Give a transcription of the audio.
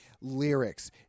lyrics